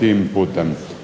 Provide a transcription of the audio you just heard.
tim putem.